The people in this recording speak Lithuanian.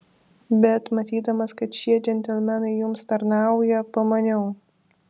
bet matydamas kad šie džentelmenai jums tarnauja pamaniau